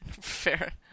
fair